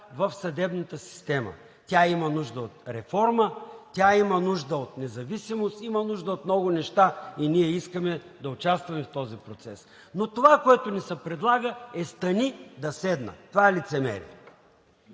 в съдебната система. Тя има нужда от реформа, има нужда от независимост, има нужда от много неща и ние искаме да участваме в този процес, но това, което ни се предлага, е стани да седна. Това е лицемерие!